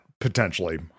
potentially